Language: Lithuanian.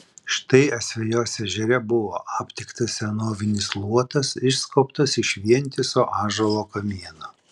štai asvejos ežere buvo aptiktas senovinis luotas išskobtas iš vientiso ąžuolo kamieno